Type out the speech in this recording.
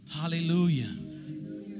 Hallelujah